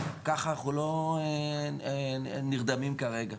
כך אנחנו לא נרדמים כרגע.